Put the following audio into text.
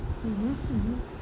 mmhmm mmhmm